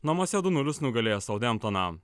namuose du nulis nugalėjęs soldemptoną